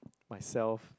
myself